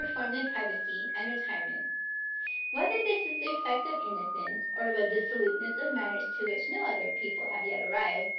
performed in privacy and retirement whether this is the effect of innocence, or of a dissoluteness of manners to which no other people have yet arrived,